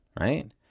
right